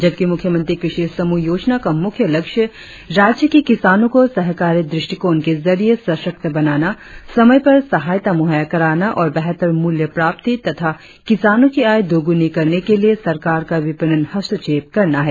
जबकि मुख्यमंत्री क्रषि समूह योजना का मुख्य लक्ष्य राज्य के किसानों को सहकारी दृष्टिकोण के जरिए सशक्त बनाना समय पर सहायता मुहैय्या कराना और बेहतर मूल्य प्राप्ति तथा किसानों की आय दोगुनी करने के लिए सरकार का विपणन हस्तक्षेप करना है